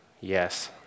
yes